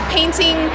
Painting